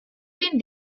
been